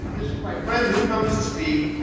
this is my friend who comes to speak,